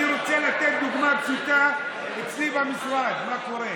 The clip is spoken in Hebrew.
אני רוצה לתת דוגמה פשוטה, אצלי במשרד, מה קורה.